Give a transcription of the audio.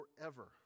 forever